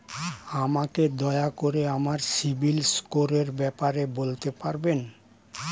আমাকে দয়া করে আমার সিবিল স্কোরের ব্যাপারে বলতে পারবেন?